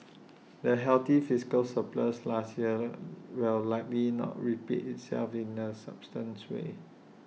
the healthy fiscal surplus last year will likely not repeat itself in A sustainable way